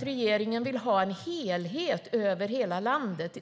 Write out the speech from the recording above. Regeringen vill ju ha en helhet över hela landet.